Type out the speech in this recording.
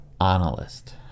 Analyst